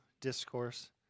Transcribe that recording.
Discourse